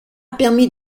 permis